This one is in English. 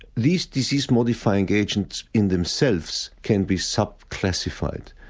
these disease modifying agents in themselves can be sub-classified.